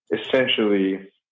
essentially